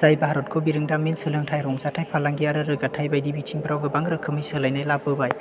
जाय भारतखौ बिरोंदामिन सोलोंथाइ रंजाथाय फालांगि आरो रोगाथाय बायदि बिथिंफोरावबो गोबां रोखोमनि सोलायनाय लाबोबाय